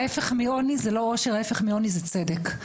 ההיפך מעוני זה לא עושר, ההיפך מעוני זה צדק.